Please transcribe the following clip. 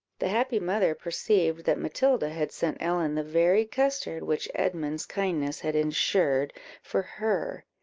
the happy mother perceived that matilda had sent ellen the very custard which edmund's kindness had ensured for her.